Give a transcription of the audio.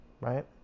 right